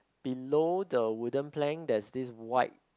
below the wooden plank there's this white